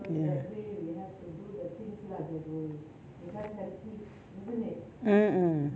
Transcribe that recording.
ya mm mm